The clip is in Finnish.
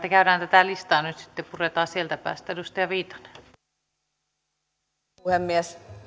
käydään tätä listaa nyt sitten puretaan sieltä päästä arvoisa puhemies